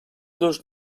dos